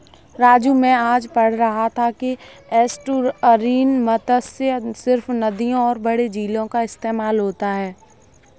राजू मैं आज पढ़ रहा था कि में एस्टुअरीन मत्स्य सिर्फ नदियों और बड़े झीलों का इस्तेमाल होता है